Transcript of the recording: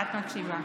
את מקשיבה.